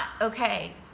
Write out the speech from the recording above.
okay